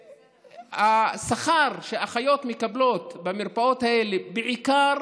והשכר שאחיות מקבלות במרפאות האלה, בעיקר